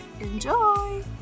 Enjoy